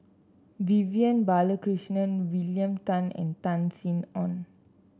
Vivian Balakrishnan William Tan and Tan Sin Aun